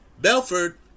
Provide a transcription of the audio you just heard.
Belford